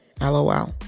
LOL